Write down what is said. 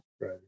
Right